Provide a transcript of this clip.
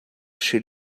chez